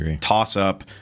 toss-up